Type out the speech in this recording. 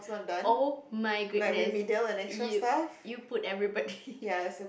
oh my goodness you you put everybody